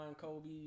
Kobe